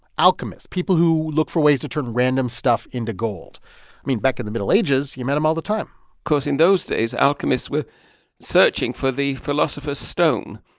alchemists people who look for ways to turn random stuff into gold. i mean, back in the middle ages, you met them all the time of course, in those days, alchemists were searching for the philosopher's stone.